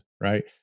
right